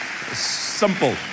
Simple